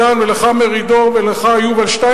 ואני אומר לשר בגין,